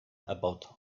about